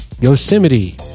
Yosemite